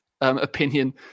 opinion